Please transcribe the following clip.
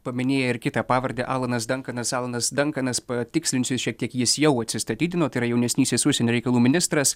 paminėjai ir kitą pavardę alanas dankanas alanas dankanas patikslinsiu jis šiek tiek jis jau atsistatydino tai yra jaunesnysis užsienio reikalų ministras